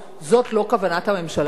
זאת לא כוונת הממשלה הזאת.